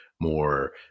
more